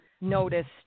noticed